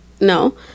no